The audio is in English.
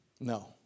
No